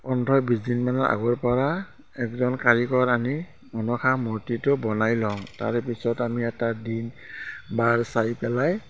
পোন্ধৰ বিছদিনমানৰত আগৰপৰা একজন কাৰিকৰ আনি মনসা মূৰ্তিটো বনাই লওঁ তাৰে পিছত আমি এটা দিন বাৰ চাই পেলাই